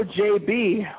JB